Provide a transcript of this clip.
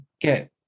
get